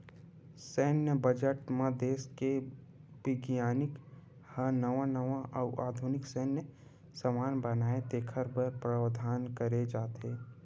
सैन्य बजट म देस के बिग्यानिक ह नवा नवा अउ आधुनिक सैन्य समान बनाए तेखर बर प्रावधान करे जाथे